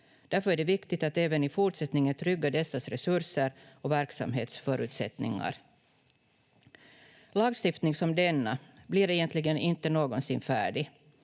Därför är det viktigt att även i fortsättningen trygga dessas resurser och verksamhetsförutsättningar. Lagstiftning som denna blir egentligen inte någonsin färdig.